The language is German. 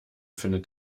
findet